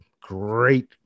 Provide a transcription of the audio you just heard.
great